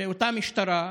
ואותה משטרה,